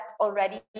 already